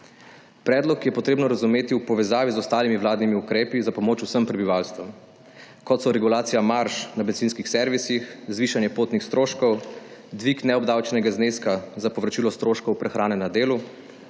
Predlog je potrebno razumeti v povezavi z ostalimi vladnimi ukrepi za pomoč vsemu prebivalstvu kot so regulacija marž na bencinskih servisih, zvišanje potnih stroškov, dvig neobdavčenega zneska za povračilo stroškov prehrane na delu,